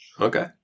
Okay